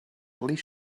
least